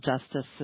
justice